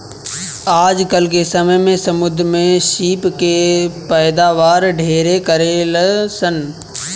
आजकल के समय में समुंद्र में सीप के पैदावार ढेरे करेलसन